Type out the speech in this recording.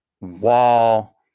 wall